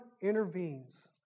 intervenes